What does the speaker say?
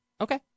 Okay